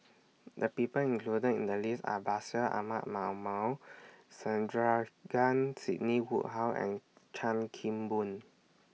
The People included in The list Are Bashir Ahmad Mallal Sandrasegaran Sidney Woodhull and Chan Kim Boon